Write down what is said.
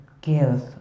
give